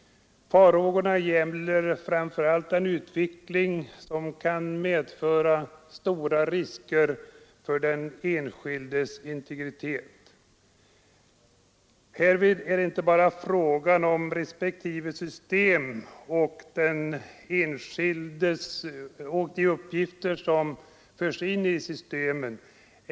Farhågorna gäller framför allt en utveckling som kan medföra stora risker för den enskildes integritet. Härvid är det inte bara fråga om respektive system och de uppgifter som förs in i systemem.